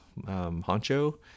honcho